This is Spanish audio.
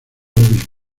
obispo